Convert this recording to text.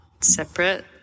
separate